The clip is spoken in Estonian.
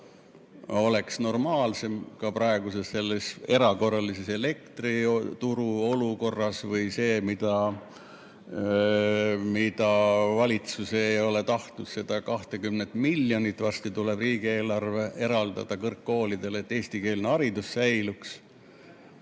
oleks normaalsem ka praeguses erakorralises elektrituruolukorras, või see, mida valitsus ei ole tahtnud teha, seda 20 miljonit (varsti tuleb riigieelarve) eraldada kõrgkoolidele, et eestikeelne haridus säiliks